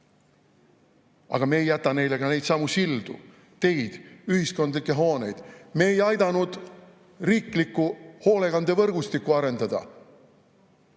Aga me ei jäta neile ka neidsamu sildu, teid ega ühiskondlikke hooneid. Me ei aidanud riiklikku hoolekandevõrgustikku arendada,